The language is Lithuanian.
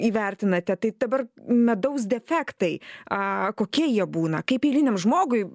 įvertinate tai dabar medaus defektai a kokie jie būna kaip eiliniam žmogui